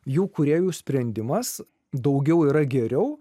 jų kūrėjų sprendimas daugiau yra geriau